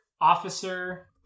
Officer